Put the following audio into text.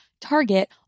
Target